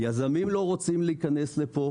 יזמים לא רוצים להיכנס לכאן,